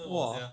!wah!